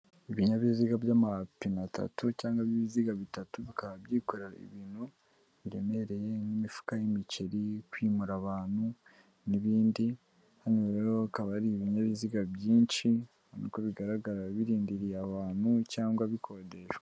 Ibinyabiziga by'amapine atatu cyangwa ibiziga bitatu bikaba byikorera ibintu biremereye nk'imifuka y'imiceri kwimura abantu n'ibindi hano rero bikaba ari ibinyabiziga byinshi uko bigaragara birindiriye abantu cyangwa bikodeshwa.